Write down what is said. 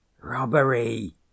Robbery